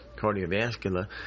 cardiovascular